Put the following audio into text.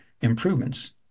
improvements